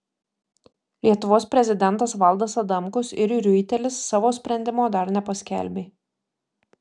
lietuvos prezidentas valdas adamkus ir riuitelis savo sprendimo dar nepaskelbė